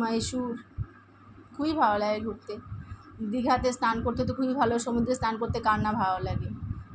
মাইশোর খুবই ভালো লাগে ঘুরতে দীঘাতে স্নান করতে তো খুবই ভালো সমুদ্রে স্নান করতে কার না ভালো লাগে